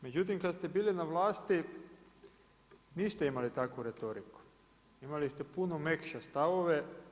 Međutim, kada ste bili na vlasti niste imali takvu retoriku, imali ste puno mekše stavove.